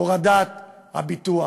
הורדת תעריפי הביטוח,